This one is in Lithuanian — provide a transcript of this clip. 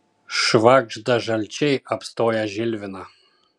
švagžda žalčiai apstoję žilviną